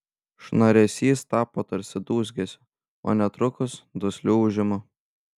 šnaresys tapo tarsi dūzgesiu o netrukus dusliu ūžimu